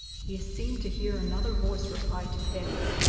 he seemed to hear another voice reply to his,